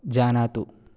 जानातु